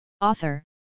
Author